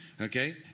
Okay